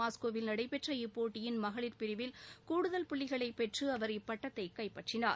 மாஸ்கோவில் நடைபெற்ற இப்போட்டியின் மகளிர் பிரிவில் கூடுதல் புள்ளிகளைப் பெற்று அவர் இப்பட்டத்தை கைப்பற்றினார்